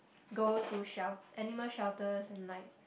go to shel~ animal shelters and like